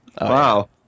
Wow